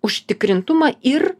užtikrintumą ir